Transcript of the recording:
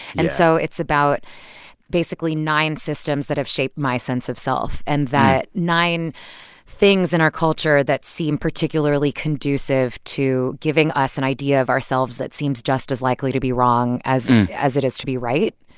and so it's about basically nine systems that have shaped my sense of self and that nine things in our culture that seem particularly conducive to giving us an idea of ourselves that seems just as likely to be wrong as as it is to be right.